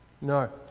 No